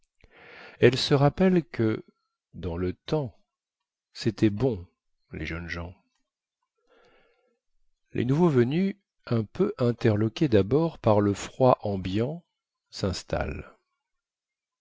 elle se rappelle que dans le temps cétait bon les jeunes gens les nouveaux venus un peu interloqués dabord par le froid ambiant sinstallent